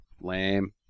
Lame